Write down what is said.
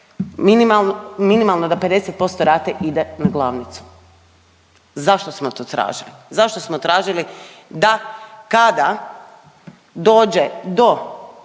minimalno da 50% rate ide na glavnicu. Zašto smo to tražili, zašto smo tražili da kada dođe do